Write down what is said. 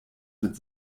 mit